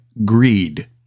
Greed